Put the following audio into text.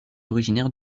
originaire